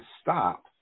stop